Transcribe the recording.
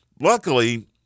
Luckily